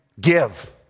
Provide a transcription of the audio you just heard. give